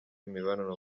imibonano